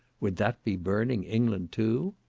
would that be burning england too?